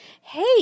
hey